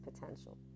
potential